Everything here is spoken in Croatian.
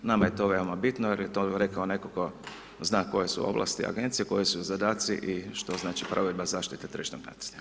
Nama je to veoma bitno jer je to rekao netko tko zna koje su ovlasti agencije, koji su zadaci i što znači provedba zaštite tržišnog natjecanja.